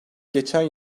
geçen